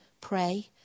Pray